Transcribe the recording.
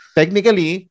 technically